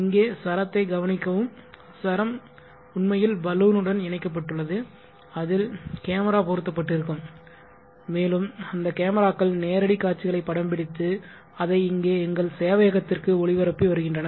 இங்கே சரத்தை கவனிக்கவும் சரம் உண்மையில் பலூனுடன் இணைக்கப்பட்டுள்ளது அதில் கேமரா பொருத்தப்பட்டிருக்கும் மேலும் அந்த கேமராக்கள் நேரடி காட்சிகளை படம்பிடித்து அதை இங்கே எங்கள் சேவையகத்திற்கு ஒளிபரப்பி வருகின்றன